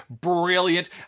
brilliant